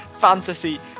Fantasy